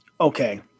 Okay